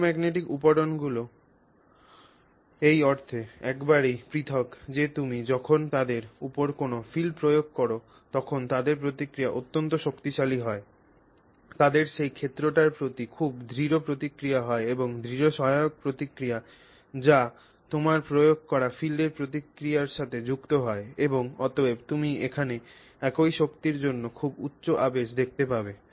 ferromagnetic উপকরণগুলি এই অর্থে একেবারেই পৃথক যে তুমি যখন তাদের উপর কোনও ফিল্ড প্রয়োগ কর তখন তাদের প্রতিক্রিয়া অত্যন্ত শক্তিশালী হয় তাদের সেই ক্ষেত্রটির প্রতি খুব দৃঢ় প্রতিক্রিয়া হয় এবং দৃঢ় সহায়ক প্রতিক্রিয়া যা তোমার প্রয়োগ করা ফিল্ডের প্রতিক্রিয়ার সাথে যুক্ত হয় এবং অতএব তুমি এখানে একই শক্তির জন্য খুব উচ্চ আবেশ দেখতে পাবে